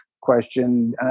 question